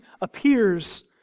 appears